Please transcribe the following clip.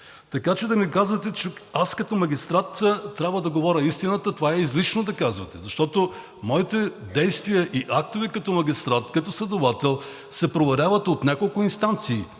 Така че да ми казвате, че аз като магистрат трябва да говоря истината, това е излишно да казвате, защото моите действия и актове като магистрат, като следовател се проверяват от няколко инстанции.